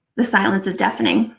the silence is deafening.